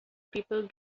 people